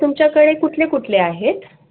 तुमच्याकडे कुठले कुठले आहेत